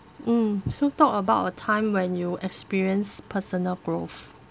mm so talk about a time when you experience personal growth